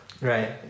Right